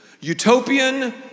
Utopian